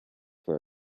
for